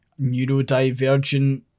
neurodivergent